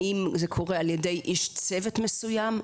האם זה קורה על ידי איש צוות מסוים,